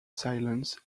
silence